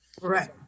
right